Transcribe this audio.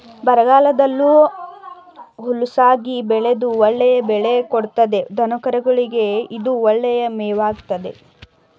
ಬರಗಾಲದಲ್ಲೂ ಹುಲುಸಾಗಿ ಬೆಳೆದು ಒಳ್ಳೆಯ ಬೆಳೆ ಕೊಡ್ತದೆ ದನಕರುಗೆ ಇದು ಒಳ್ಳೆಯ ಮೇವಾಗಾಯ್ತೆ